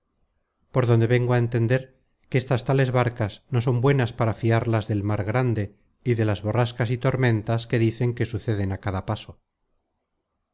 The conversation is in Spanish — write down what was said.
por donde vengo á entender que estas tales barcas no son buenas para fiarlas del mar grande y de las borrascas y tormentas que dicen que suceden á cada paso